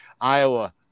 Iowa